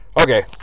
okay